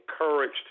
encouraged